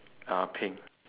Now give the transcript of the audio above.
uh pink